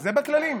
זה בכללים.